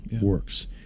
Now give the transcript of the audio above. works